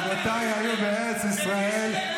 אבותיי היו בארץ ישראל,